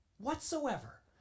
whatsoever